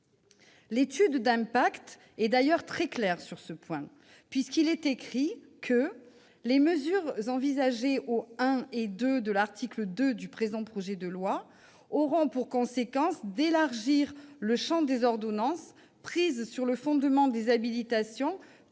L'étude d'impact est d'ailleurs très claire sur ce point : elle précise en effet que « les mesures envisagées aux I et II de l'article 2 du présent projet de loi auront pour conséquence d'élargir le champ des ordonnances prises sur le fondement des habilitations prévues